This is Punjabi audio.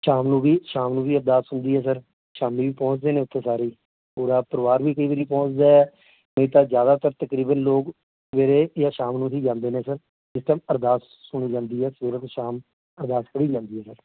ਸ਼ਾਮ ਨੂੰ ਵੀ ਸ਼ਾਮ ਨੂੰ ਵੀ ਅਰਦਾਸ ਹੁੰਦੀ ਹੈ ਸਰ ਸ਼ਾਮੀ ਵੀ ਪਹੁੰਚਦੇ ਨੇ ਉੱਥੇ ਸਾਰੇ ਪੂਰਾ ਪਰਿਵਾਰ ਵੀ ਕਈ ਵਾਰੀ ਪਹੁੰਚਦਾ ਨਹੀਂ ਤਾਂ ਜ਼ਿਆਦਾਤਰ ਤਕਰੀਬਨ ਲੋਕ ਸਵੇਰੇ ਜਾਂ ਸ਼ਾਮ ਨੂੰ ਹੀ ਜਾਂਦੇ ਨੇ ਸਰ ਜਿਸ ਟਾਈਮ ਅਰਦਾਸ ਸੁਣੀ ਜਾਂਦੀ ਹੈ ਸਵੇਰੇ ਸ਼ਾਮ ਅਰਦਾਸ ਕਰੀ ਜਾਂਦੀ ਹੈ ਸਰ